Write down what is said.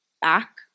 Back